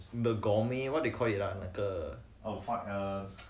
the gold may what they call it ah 那个